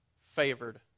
favored